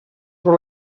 però